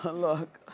look.